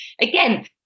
again